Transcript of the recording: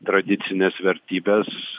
tradicines vertybes